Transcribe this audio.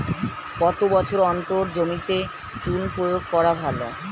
কত বছর অন্তর জমিতে চুন প্রয়োগ করা ভালো?